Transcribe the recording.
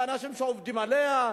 לאנשים שעובדים עליה,